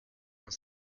ont